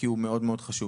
כי הוא מאוד מאוד חשוב.